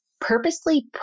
purposely